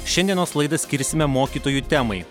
šiandienos laidą skirsime mokytojų temai